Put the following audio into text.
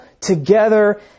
together